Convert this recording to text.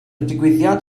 digwyddiad